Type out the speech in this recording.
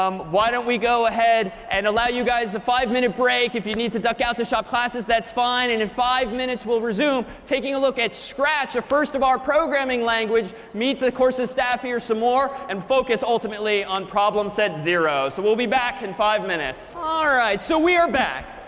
um why don't we go ahead and allow you guys a five minute break. if you need to duck out to shop classes, that's fine. and in five minutes, we'll resume, taking a look at scratch the first of our programming language, meet the course's staff here some more, and focus ultimately on problem set zero. so we'll be back in five minutes. all right. so we are back.